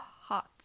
hot